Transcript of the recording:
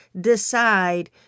decide